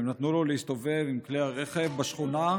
הם נתנו לו להסתובב עם כלי הרכב בשכונה,